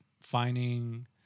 finding